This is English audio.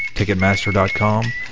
Ticketmaster.com